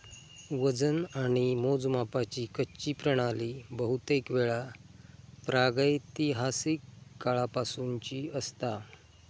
वजन आणि मोजमापाची कच्ची प्रणाली बहुतेकवेळा प्रागैतिहासिक काळापासूनची असता